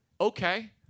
Okay